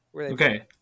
Okay